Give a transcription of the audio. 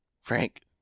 Frank